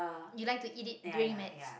you like to eat it during maths